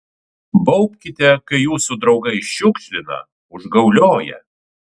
baubkite kai jūsų draugai šiukšlina užgaulioja